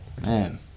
Man